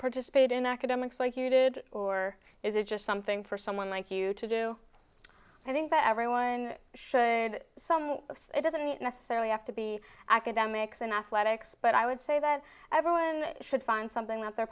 participate in academics like you did or is it just something for someone like you to do i think that everyone should some of it doesn't necessarily have to be academics and athletics but i would say that everyone should find something that they're